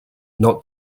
not